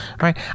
right